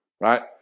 right